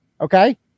Okay